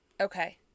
Okay